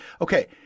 Okay